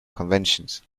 conventions